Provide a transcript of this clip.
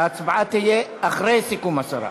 ההצבעה תהיה אחרי סיכום השרה.